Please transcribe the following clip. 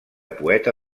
poeta